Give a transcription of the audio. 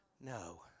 No